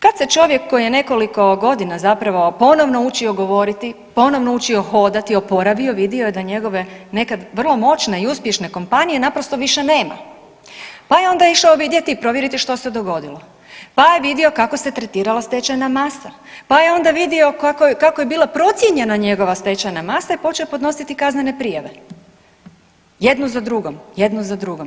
Kad se čovjek koji je nekoliko godina zapravo ponovno učio govoriti i ponovno učio hodati i oporavio vidio je da njegove nekad vrlo moćne i uspješne kompanije naprosto više nema, pa je onda išao vidjeti i provjeriti što se dogodilo, pa je vidio kako se tretirala stečajna masa, pa je onda vidio kako je bila procijenjena njegova stečajna masa i počeo podnositi kaznene prijave, jednu za drugom, jednu za drugom.